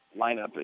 lineup